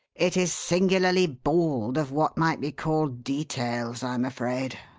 it is singularly bald of what might be called details, i am afraid